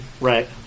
Right